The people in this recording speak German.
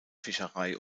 fischerei